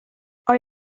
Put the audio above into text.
are